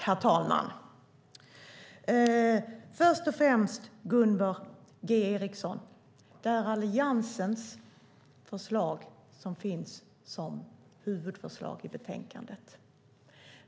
Herr talman! Först och främst, Gunvor G Ericsson, är det Alliansens förslag som finns som huvudförslag i betänkandet.